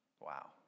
Wow